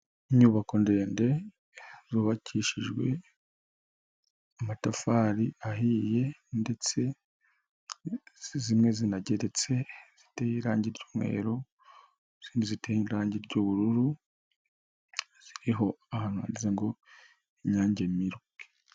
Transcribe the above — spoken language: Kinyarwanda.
Inyubako ndende zubakishijwe amatafari ahiye ndetse zimwe zinageretse ziteye irangi ry'umweru izindi ziteye irangi ry'ubururu ziriho ahantu handitse ngo Inyange Milk.